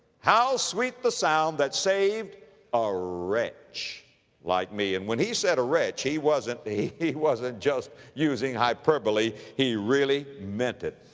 how sweet the sound that saved a wretch like me. and when he said, a wretch, he wasn't, he he wasn't just using hyperbole, he really meant it.